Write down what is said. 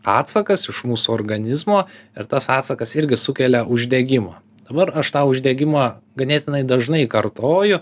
atsakas iš mūsų organizmo ir tas atsakas irgi sukelia uždegimą dabar aš tą uždegimą ganėtinai dažnai kartoju